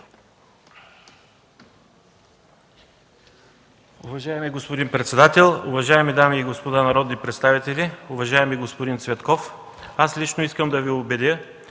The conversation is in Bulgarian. Уважаеми господин председател, уважаеми дами и господа народни представители! Уважаеми господин Цветков, лично искам да Ви уверя,